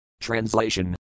translation